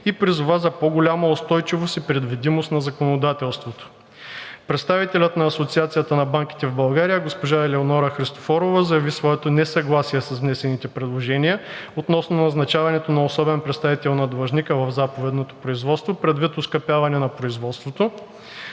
и призова за по голяма устойчивост и предвидимост на законодателството. Представителят на Асоциацията на банките в България госпожа Елеонора Христофорова заяви своето несъгласие с внесените предложения относно назначаването на особен представител на длъжника в заповедното производство предвид оскъпяването на производството,